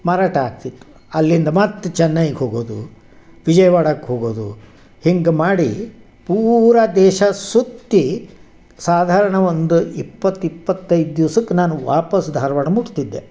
ಮಾರಾಟ ಆಗ್ತಿತ್ತು ಅಲ್ಲಿಂದ ಮತ್ತೆ ಚೆನ್ನೈಗೆ ಹೋಗೋದು ವಿಜಯವಾಡಕ್ಕೆ ಹೋಗೋದು ಹಿಂಗೆ ಮಾಡಿ ಪೂರಾ ದೇಶ ಸುತ್ತಿ ಸಾಧಾರಣ ಒಂದು ಇಪ್ಪತ್ತು ಇಪ್ಪತ್ತೈದು ದಿವ್ಸಕ್ಕೆ ನಾನು ವಾಪಸ್ ಧಾರವಾಡ ಮುಟ್ತಿದ್ದೆ